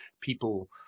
people